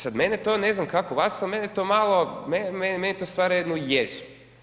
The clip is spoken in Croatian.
Sad mene to, ne znam kako vas ali meni to stvara jednu jezu.